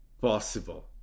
possible